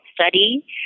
study